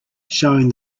showing